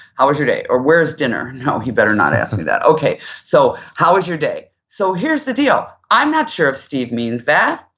how was your day or where's dinner? no, he better not ask me that, okay. so how was your day? so here's the deal, i'm not sure if steve means that.